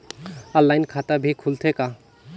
Online खाता भी खुलथे का?